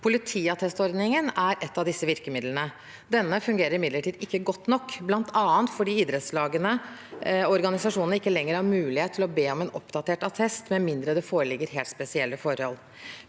Politiattestordningen er et av disse virkemidlene. Den fungerer imidlertid ikke godt nok, bl.a. fordi idrettslagene og organisasjonene ikke lenger har mulighet til å be om en oppdatert attest, med mindre det foreligger helt spesielle forhold.